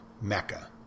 mecca